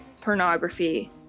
pornography